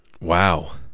Wow